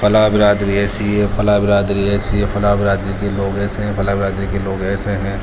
فلاں برادری ایسی ہے فلاں برادری ایسی ہے فلاں برادری کے لوگ ایسے ہیں فلاں برادری کے لوگ ایسے ہیں